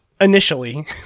initially